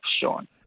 Sean